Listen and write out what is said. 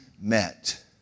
met